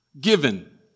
given